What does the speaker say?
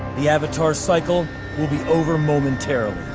the avatar's cycle will be over momentarily.